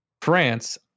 France